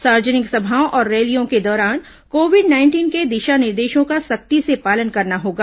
सार्वजनिक सभाओं और रैलियों के दौरान कोविड नाइंटीन के दिशा निर्देशों का सख्ती से पालन करना होगा